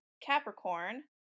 capricorn